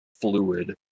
fluid